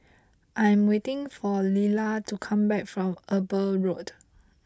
I am waiting for Lilla to come back from Eber Road